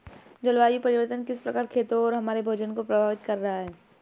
जलवायु परिवर्तन किस प्रकार खेतों और हमारे भोजन को प्रभावित कर रहा है?